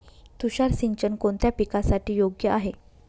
तुषार सिंचन कोणत्या पिकासाठी योग्य आहे?